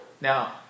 Now